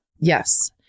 Yes